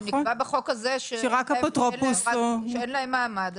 אם נקבע בחוק הזה שאין להם מעמד.